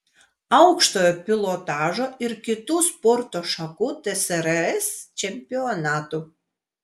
aukštojo pilotažo ir kitų sporto šakų tsrs čempionatų